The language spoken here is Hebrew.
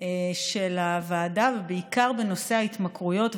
של הוועדה, ובעיקר את נושא ההתמכרויות.